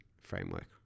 framework